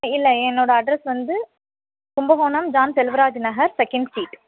இல்லை என்னோடய அட்ரெஸ் வந்து Kumbakonam John Selvaraju Nagar second street